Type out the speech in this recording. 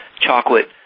chocolate